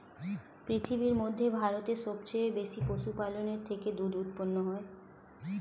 পৃথিবীর মধ্যে ভারতে সবচেয়ে বেশি পশুপালনের থেকে দুধ উৎপন্ন হয়